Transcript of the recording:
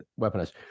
weaponized